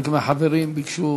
חלק מהחברים ביקשו